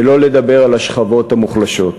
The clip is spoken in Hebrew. שלא לדבר על השכבות המוחלשות.